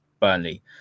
Burnley